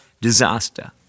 disaster